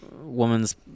woman's